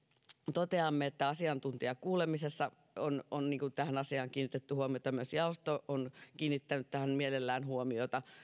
toteamme että asiantuntijakuulemisessa on on tähän asiaan kiinnitetty huomioita ja myös jaosto on kiinnittänyt tähän mielellään huomiota